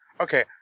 Okay